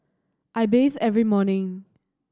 I bathe every morning